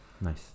Nice